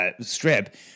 strip